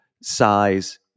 size